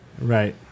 Right